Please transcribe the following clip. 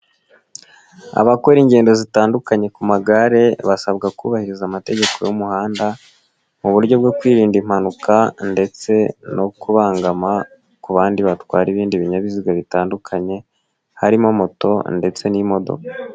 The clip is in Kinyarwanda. Abakora ingendo zitandukanye ku magare basabwa kubahiriza amategeko y'umuhanda mu buryo bwo kwirinda impanuka ndetse no kubangama ku bandi batwara ibindi binyabiziga bitandukanye, harimo moto ndetse n'imodoka.